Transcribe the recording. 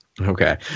Okay